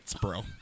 bro